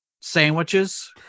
sandwiches